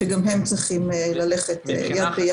שגם הם צריכים ללכת יד ביד.